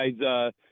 guys